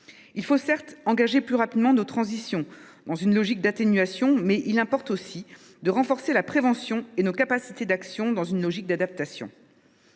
il faut engager plus rapidement nos transitions, dans une logique d’atténuation, mais il importe aussi de renforcer la prévention et nos capacités d’action, dans une logique d’adaptation.